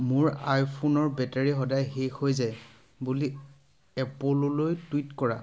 মোৰ আইফোনৰ বেটাৰী সদায় শেষ হৈ যায় বুলি এপললৈ টুইট কৰা